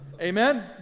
Amen